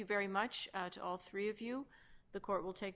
very much to all three of you the court will take